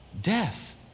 Death